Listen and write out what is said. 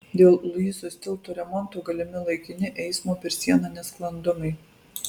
dėl luizos tilto remonto galimi laikini eismo per sieną nesklandumai